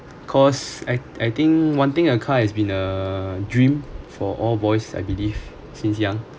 because I I think wanting a car is been a dream for all boys I believe since young